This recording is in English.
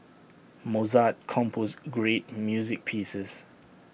Mozart composed great music pieces